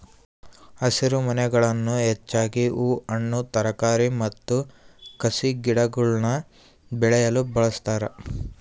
ಹಸಿರುಮನೆಗಳನ್ನು ಹೆಚ್ಚಾಗಿ ಹೂ ಹಣ್ಣು ತರಕಾರಿ ಮತ್ತು ಕಸಿಗಿಡಗುಳ್ನ ಬೆಳೆಯಲು ಬಳಸ್ತಾರ